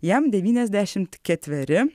jam devyniasdešimt ketveri